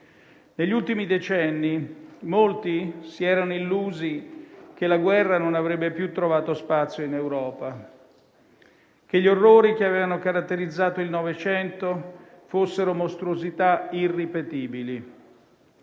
Negli ultimi decenni molti si erano illusi che la guerra non avrebbe più trovato spazio in Europa, che gli orrori che avevano caratterizzato il Novecento fossero mostruosità irripetibili,